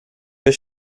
bis